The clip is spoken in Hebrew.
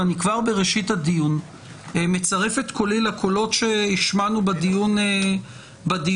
ואני כבר בראשית הדיון מצרף את קולי לקולות שהשמענו בדיון הקודם